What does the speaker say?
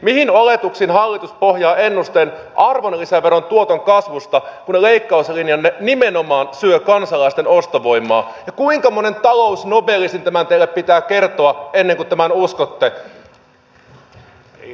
mihin oletuksiin hallitus pohjaa ennusteen arvonlisäveron tuoton kasvusta kun leikkauslinjanne nimenomaan syö kansalaisten ostovoimaa ja kuinka monen talousnobelistin pitää teille tämä kertoa ennen kuin tämän uskotte